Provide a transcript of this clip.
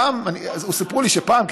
סיפרו לי שפעם,